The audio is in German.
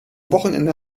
wochenende